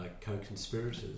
co-conspirators